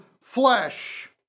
flesh